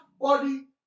body